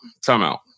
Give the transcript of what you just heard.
Timeout